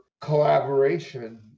collaboration